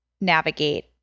navigate